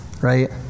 right